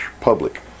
public